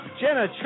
Jenna